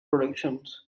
productions